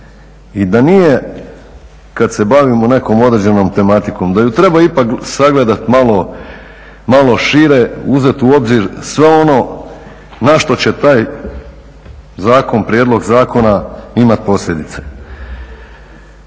i da nije kad se bavimo nekom određenom tematikom, da ju treba ipak sagledat malo šire, uzet u obzir sve ono na što će taj zakon, prijedlog zakona imat posljedice.